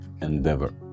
endeavor